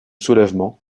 soulèvement